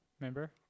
Remember